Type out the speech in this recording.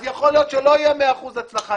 אז יכול להיות שלא יהיה מאה אחוז הצלחה,